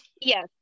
Yes